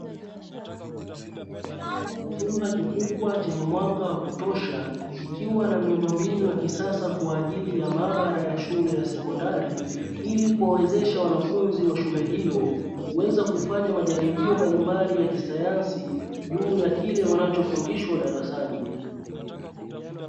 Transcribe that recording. Chumba kikubwa chenye mwanga wa kutosha kikiwa na muundo mbinu ya kisasa kwaajili ya maabara ya shule ya sekondari ili kuwawezesha wanafunzi wa shule hiyo ilikuweza kufanya majaribio mbalimbali ya kisayansi juu ya kile wana chofundishwa darasani.